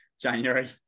January